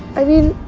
i mean,